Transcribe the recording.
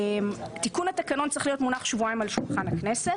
תיקון התקנון צריך להיות מונח שבועיים על שולחן הכנסת.